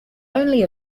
only